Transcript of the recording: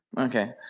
okay